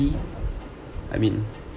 I mean